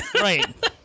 right